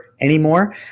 anymore